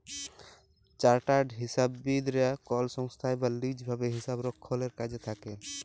chartered হিসাববিদ রা কল সংস্থায় বা লিজ ভাবে হিসাবরক্ষলের কাজে থাক্যেল